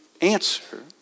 answer